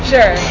Sure